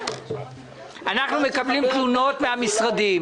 אנחנו מקבלים תלונות מן המשרדים